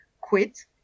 quit